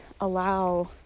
allow